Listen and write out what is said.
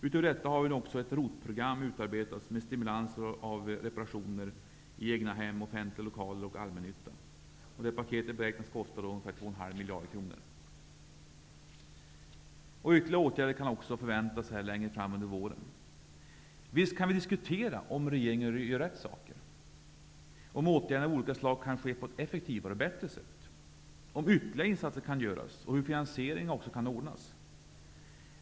Utöver detta har nu också ett ROT-program utarbetats med stimulanser av reparationer i egna hem, offentliga lokaler och allmännyttan. Det paketet beräknas kosta 2,5 miljarder kronor. Ytterligare åtgärder kan förväntas längre fram under våren. Visst kan vi diskutera om regeringen gör rätt saker, om åtgärder av olika slag kan ske på ett effektivare och bättre sätt, om ytterligare insatser kan göras och hur finansieringen kan ordnas.